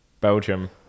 Belgium